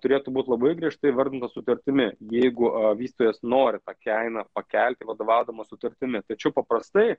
turėtų būt labai griežtai įvardintos sutartimi jeigu vystytojas nori tą kainą pakelti vadovaudamas sutartimi tačiau paprastai